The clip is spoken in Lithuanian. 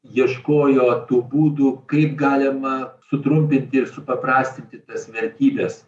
ieškojo tų būdų kaip galima sutrumpinti ir supaprastinti tas vertybes